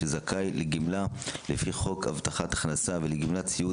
שזכאי לגמלה לפי חוק הבטחת הכנסה ולגמלת סיעוד